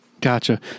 Gotcha